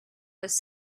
was